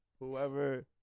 Whoever